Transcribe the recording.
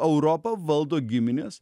europą valdo giminės